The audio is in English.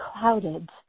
clouded